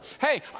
Hey